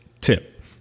tip